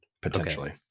potentially